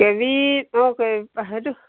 কে বি সেইটো